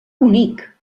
bonic